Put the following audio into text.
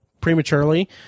prematurely